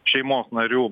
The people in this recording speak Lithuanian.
šeimos narių